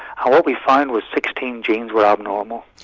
ah what we found was sixteen genes were abnormal.